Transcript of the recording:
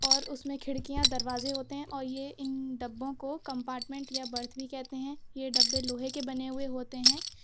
اور اس میں کھڑکیاں دروازے ہوتے ہیں اور یہ ان ڈبوں کو کمپاٹمنٹ یا برتھ بھی کہتے ہیں یہ ڈبے لوہے کے بنے ہوئے ہوتے ہیں